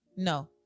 No